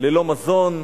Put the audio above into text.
ללא מזון,